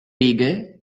righe